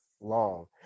long